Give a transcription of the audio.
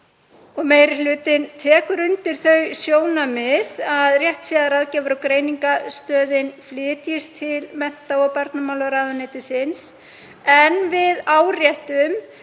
Meiri hlutinn tekur undir þau sjónarmið að rétt sé að Ráðgjafar- og greiningarstöðin flytjist til mennta- og barnamálaráðuneytisins, en við áréttum